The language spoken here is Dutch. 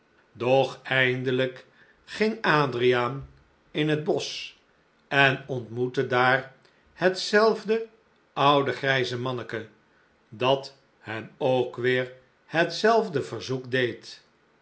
eindelijk ging adriaan in het bosch en ontmoette daar hetzelfde oude grijze manneken dat hem ook weêr hetzelfde verzoek deed